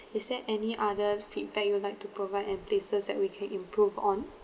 it is there any other feedback you would like to provide and places that we can improve on